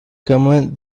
common